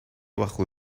bajo